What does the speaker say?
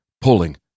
pulling